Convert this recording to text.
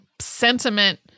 sentiment